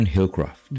Hillcroft